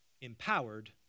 Empowered